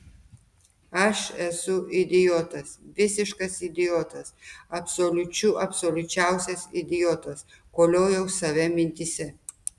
aš esu idiotas visiškas idiotas absoliučių absoliučiausias idiotas koliojau save mintyse